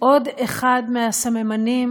עוד אחד מהסממנים